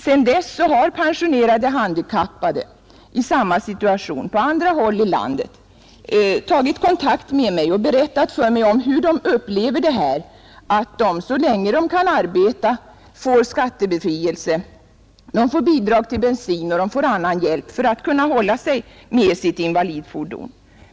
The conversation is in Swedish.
Sedan dess har pensionerade handikappade i samma situation på andra håll i landet tagit kontakt med mig och berättat hur de upplever detta, att de så länge de kan arbeta får skattebefrielse, bidrag till bensin och annan hjälp för att hålla sig med sitt invalidfordon.